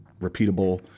repeatable